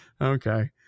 Okay